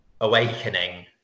awakening